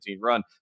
run